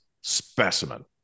Specimen